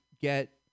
get